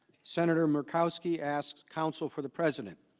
senator murkowski asked counsel for the president